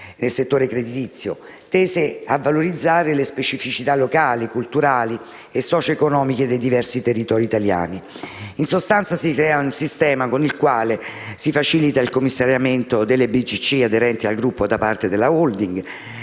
nel settore creditizio, tese a valorizzare le specificità locali, culturali e socio-economiche dei diversi territori italiani. In sostanza, si crea un sistema con il quale si facilita il commissariamento delle BCC aderenti al gruppo da parte della *holding*,